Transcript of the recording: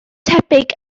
tebyg